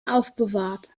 aufbewahrt